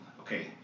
okay